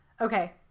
Okay